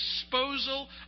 disposal